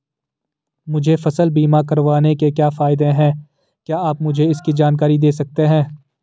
मुझे फसल बीमा करवाने के क्या फायदे हैं क्या आप मुझे इसकी जानकारी दें सकते हैं?